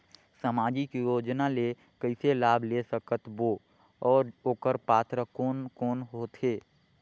समाजिक योजना ले कइसे लाभ ले सकत बो और ओकर पात्र कोन कोन हो थे?